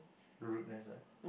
rudeness ah